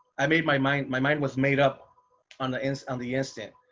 i made my mind my mind was made up on the and on the instant